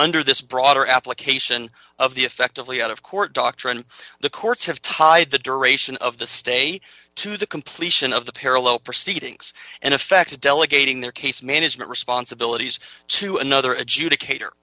under this broader application of the effectively out of court doctrine the courts have tied the duration of the stay to the completion of the parallel proceedings and affects delegating their case management responsibilities to another adjudicator